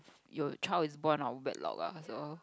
your child is born out of wedlock ah so